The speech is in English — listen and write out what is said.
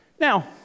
Now